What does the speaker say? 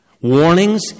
warnings